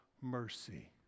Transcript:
mercy